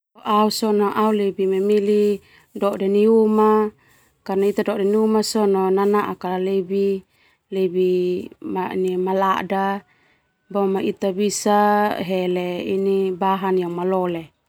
Au lebih memilih dode nai uma sona nanaak lebih malada boma ita bisa hele bahan yang manaa.